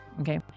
okay